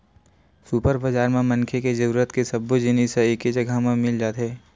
super बजार म मनखे के जरूरत के सब्बो जिनिस ह एके जघा म मिल जाथे